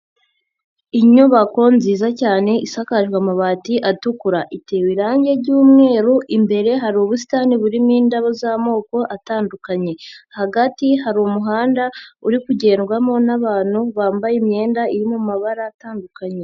Inyubako nziza cyane isakajwe amabati atukura. Itewe irange ry'umweru, imbere hari ubusitani burimo indabo z'amoko atandukanye. Hagati hari umuhanda uri kugendwamo n'abantu bambaye imyenda iri mu mabara atandukanye.